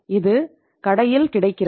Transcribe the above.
இது கடையில் கிடைக்கிறது